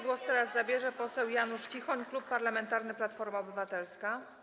Głos teraz zabierze poseł Janusz Cichoń, Klub Parlamentarny Platforma Obywatelska.